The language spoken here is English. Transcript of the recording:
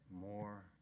more